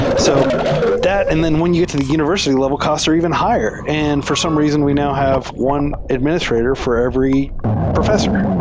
so that, and then when you get to the univers ity level, costs are even higher. and for some reason, we now have one administrator for every professor.